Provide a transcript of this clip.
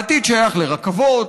העתיד שייך לרכבות,